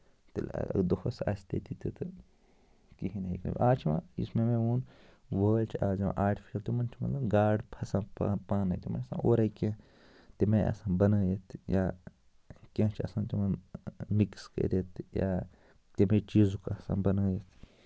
تیٚلہِ اَگر دۄہَس آسہِ تٔتی تہِ تہٕ کِہیٖنۍ ہیٚکہِ نہٕ آز چھُ وۄنۍ یُس مےٚ ووٚن وٲلۍ چھِ آز یِوان آرٹِفِشَل تِمَن چھُ مطلب گاڈٕ پھسان پا پانَے تِمَن چھُ آسان اورَے کیٚنہہ تَمہِ آیہِ آسان بَنٲیِتھ تہٕ یا کیٚنہہ چھِ آسان تِمَن مِکٕس کٔرِتھ یا تَمہِ چیٖزُک آسان بَنٲیِتھ